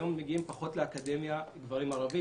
היום מגיעים פחות גברים ערבים לאקדמיה.